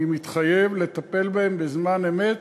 אני מתחייב לטפל בהן בזמן אמת